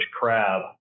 crab